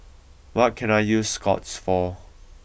what can I use Scott's for